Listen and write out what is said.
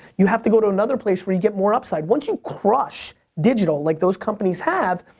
you have to go to another place where you get more upside. once you crush digital like those companies have,